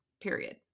Period